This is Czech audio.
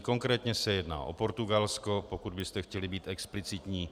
Konkrétně se jedná o Portugalsko, pokud byste chtěli být explicitní.